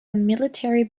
military